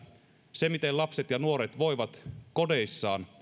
se miten lapset ja nuoret voivat kodeissaan